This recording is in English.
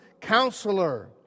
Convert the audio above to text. counselor